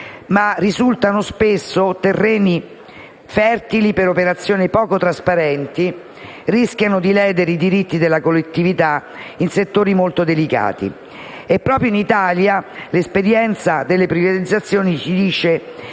ma risultano spesso terreno fertile per operazioni poco trasparenti, che rischiano di ledere i diritti della collettività in settori molto delicati. Proprio in Italia l'esperienza delle privatizzazioni ci dice